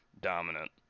dominant